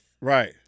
Right